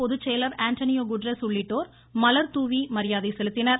பொதுச்செயலர் Antonio Guterres உள்ளிட்டோர் மலர் தூவி மரியாதை செலுத்தினர்